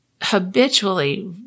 habitually